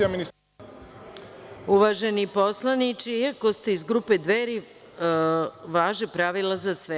Uvaženi poslaniče, iako ste iz grupe Dveri, važe pravila za sve.